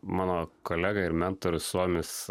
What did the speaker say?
mano kolega ir mentorius suomis